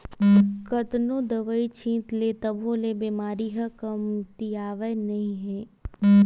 कतनो दवई छित ले तभो ले बेमारी ह कमतियावत नइ हे